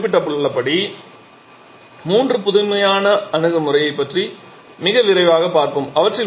நான் குறிப்பிட்டுள்ளபடி மூன்று புதுமையான அணுகுமுறைகளைப் பற்றி மிக விரைவாகப் பார்ப்போம்